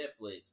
Netflix